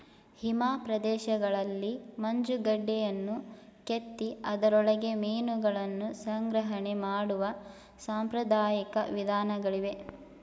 ಹಿಮ ಪ್ರದೇಶಗಳಲ್ಲಿ ಮಂಜುಗಡ್ಡೆಯನ್ನು ಕೆತ್ತಿ ಅದರೊಳಗೆ ಮೀನುಗಳನ್ನು ಸಂಗ್ರಹಣೆ ಮಾಡುವ ಸಾಂಪ್ರದಾಯಿಕ ವಿಧಾನಗಳಿವೆ